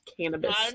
Cannabis